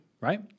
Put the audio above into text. right